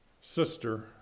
sister